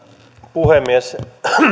puhemies